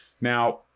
now